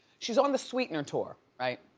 she's on the sweetener tour, right?